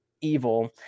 evil